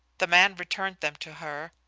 the man returned them to her,